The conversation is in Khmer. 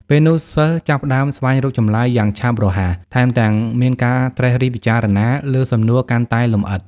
ពេលនោះសិស្សចាប់ផ្តើមស្វែងរកចម្លើយយ៉ាងឆាប់រហ័ស ថែមទាំងមានការត្រិះរិះពិចារណាលើសំណួរកាន់តែលម្អិត។